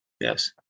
Yes